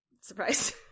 surprise